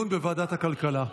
לוועדת הכלכלה נתקבלה.